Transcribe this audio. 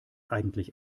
eigentlich